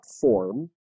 form